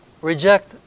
reject